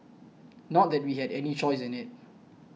not that we had any choice in it